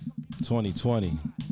2020